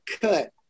cut